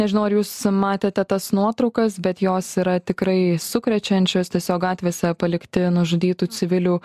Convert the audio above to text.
nežinau ar jūs matėte tas nuotraukas bet jos yra tikrai sukrečiančios tiesiog gatvėse palikti nužudytų civilių